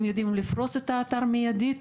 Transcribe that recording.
הם יודעים לפרוס את האתר מידית,